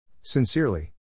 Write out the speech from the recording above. Sincerely